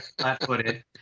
flat-footed